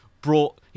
brought